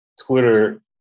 Twitter